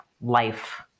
life